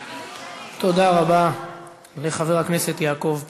תודה רבה לחבר הכנסת יעקב פרי.